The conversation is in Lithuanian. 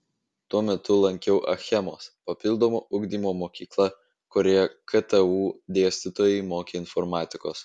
tuo metu lankiau achemos papildomo ugdymo mokyklą kurioje ktu dėstytojai mokė informatikos